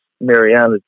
Mariana